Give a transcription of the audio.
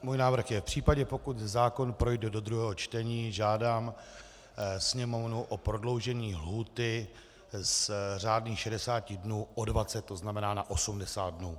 Můj návrh je v případě, pokud zákon projde do druhého čtení, žádám Sněmovnu o prodloužení lhůty z řádných 60 dnů o 20, to znamená na 80 dnů.